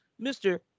Mr